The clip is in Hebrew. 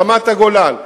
רמת-הגולן,